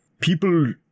People